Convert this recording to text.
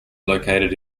located